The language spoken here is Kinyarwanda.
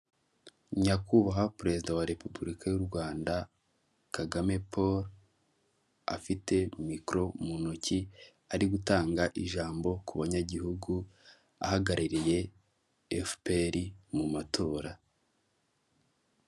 Nyakubahwa perezida wa repubulika y'u Rwanda Kagame Paul afite mikoro mu ntoki ari gutanga ijambo ku banyagihugu, ahagarariye efuperi mu matora.